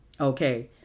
Okay